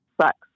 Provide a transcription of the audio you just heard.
sucks